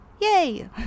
Yay